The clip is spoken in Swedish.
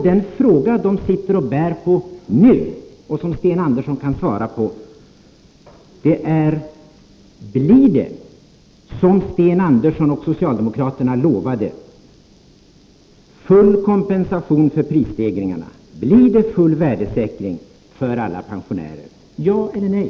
Den fråga de sitter och bär på nu och som Sten Andersson kan svara på är: Blir det som Sten Andersson och socialdemokraterna lovade, full kompensation för prisstegringarna? Blir det full värdesäkring för alla pensioner? Ja eller nej?